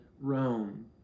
Rome